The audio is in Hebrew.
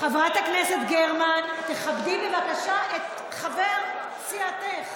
חברת הכנסת גרמן, תכבדי בבקשה את חבר סיעתך.